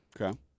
Okay